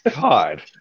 God